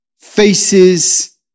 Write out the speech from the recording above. faces